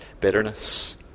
bitterness